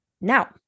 Now